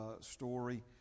story